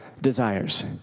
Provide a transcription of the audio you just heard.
desires